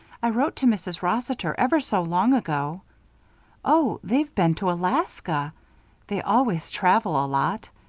i wrote to mrs. rossiter ever so long ago oh! they've been to alaska they always travel a lot.